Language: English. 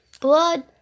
blood